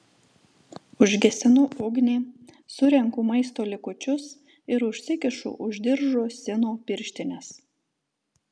užgesinu ugnį surenku maisto likučius ir užsikišu už diržo sino pirštines